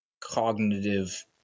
cognitive